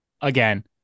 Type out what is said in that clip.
Again